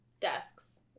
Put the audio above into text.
desks